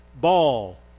ball